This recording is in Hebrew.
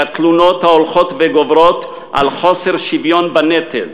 לתלונות ההולכות וגוברות על חוסר שוויון בנטל,